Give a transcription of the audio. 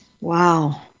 Wow